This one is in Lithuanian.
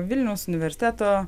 vilniaus universiteto